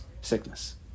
sickness